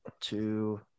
two